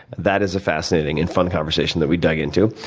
that is a fascinating and fun conversation that we dug into.